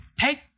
Take